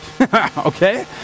okay